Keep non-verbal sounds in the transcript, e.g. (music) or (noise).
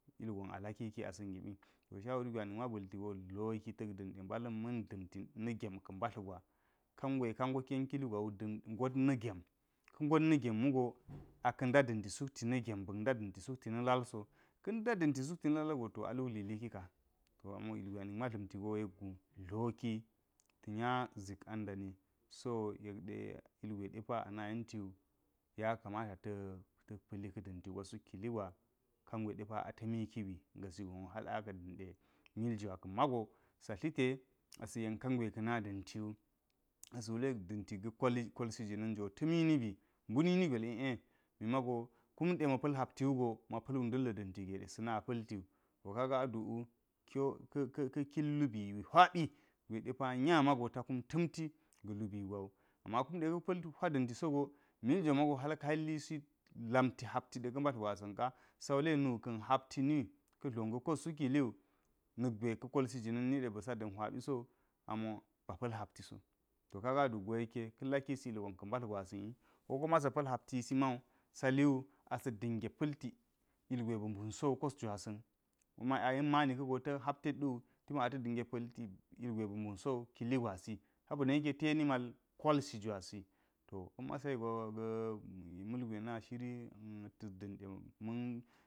To ilgon alaki ki asa̱n gibi. To shiwari gwe anik ma ba̱lti go yek do dloki ta̱k da̱nɗe mbala̱n ma̱n da̱nti na̱ gem ka̱ mbatli gwa kangwe kago ken kili gwa wu ngot na gemi, ka̱ ngot na̱ gem wugo aka̱ nda̱ da̱nti suttina̱ gem. Ba̱k na da̱nti suti na lal so ka̱ nda da̱mto sukti na lal go to aluklili kika. To ama ilgwe anik ma dlamtigoyek gu dloki ta̱ nya, zik an dani, so yek de ilgwe dipa ana yenti wu, yakamata ta̱k pa̱li ka̱ da̱nti gwa suk kili gwa kan awe depa atami ki bi ka̱ngwe gasi gon hal aka̱ da̱nɗe mil jwa kan mago ɛa tlite asa̱n yen kangwe ka̱na da̱nti wu asa̱ wule da̱nti kal, kol si jina̱n jwo ta̱mi ni bi, mbunini gwel i’e mi mago kunɗe ma̱ pal hapti wugo ma pa̱l wundal ga da̱nti gede sena palti wu. To kaga a dukwu kiwo (hesitation) kin lubu wi hwa bi gwe depa nya mago ta kun ta̱mti ga̱ lubi gwa wu. Ama kumɗe ka̱ pa̱l hwa da̱n sogo mil jwa mago ka yilisi lamti hapti ɗa̱ ka̱ mbatl gwa sa̱ nka. Ga wule nu ka̱n hapti ni ka̱ dla ga̱ kos suk kuli wu na̱k ghe ka̱ kolsi ginsu niɗe ba̱sa da̱n hwa biso amo ba pa̱l hapti so to kaga aduk go yeke ka̱ lakisi ilgon ka̱ mbatl ga gwa sa̱ nka. Ga wule nu ka̱n hapti ni ka̱ dla ga̱ kos suk kili wu na̱k ghe ka̱ kolsi ginsan niɗe ba̱sa da̱n hwa biso amo ba pa̱l hapti so to kega aduk go yekem ka lakisi ilgon ka̱ mbalt ga gwa sa̱ngi, ko kuma sa̱ pa̱l hapti si mawu sali wu asa̱ da̱ngek pa̱lti ilgwe ba̱ mbun sowu kos gwasa. A yen mani ka̱go kume ta̱ hapteddu timawu ata̱ da̱nge pa̱lti ilgwe ba̱ nubumso wu kili gwasi sabo na yeke ta̱ye ni mal kolso jwasi to ka̱masayi gwa ga̱ malgwe na shri (hesitation) tas da̱nɗe ma̱n.